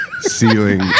ceiling